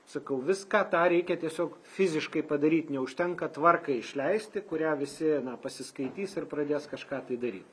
sakau viską tą reikia tiesiog fiziškai padaryt neužtenka tvarką išleisti kurią visi pasiskaitys ir pradės kažką tai daryt